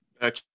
Back